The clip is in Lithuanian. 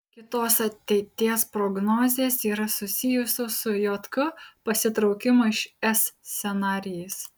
kitos ateities prognozės yra susijusios su jk pasitraukimo iš es scenarijais